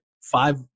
five